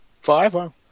Five